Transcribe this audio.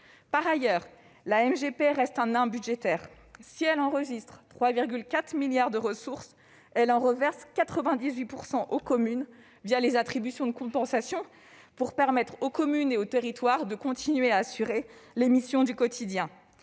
Par ailleurs, la MGP reste un nain budgétaire. Si elle enregistre 3,4 milliards d'euros de ressources, elle en reverse 98 % aux communes les attributions de compensation pour permettre aux communes et aux territoires de continuer à assurer les missions du quotidien.